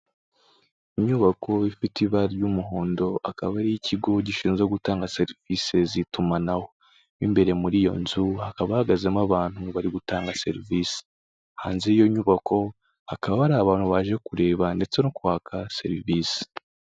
Inyubako ifite ibara ry'umuhondo akaba ari iy'ikigo gishinzwe gutanga serivise z'itumanaho, mo imbere muri iyo nzu hakaba hahagazemo abantu bari gutanga serivise, hanze y'iyo nyubako hakaba hari abantu baje kureba ndetse no kwaka serivise.